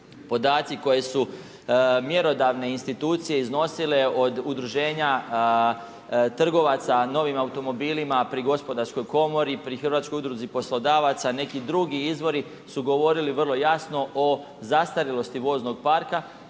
Podaci koji su mjerodavne institucije iznosile od udruženja trgovaca novim automobilima pri gospodarskoj komori, pri HUP-u, neki drugi izvori su govorili vrlo jasno o zastarjelosti voznog parka